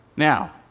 now,